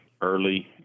early